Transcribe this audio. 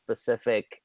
specific